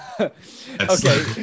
okay